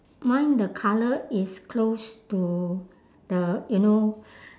mine the colour is close to the you know